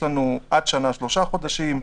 עד שנה יש לנו שלושה חודשים,